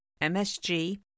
MSG